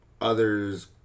Others